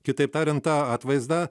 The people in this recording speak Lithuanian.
kitaip tariant tą atvaizdą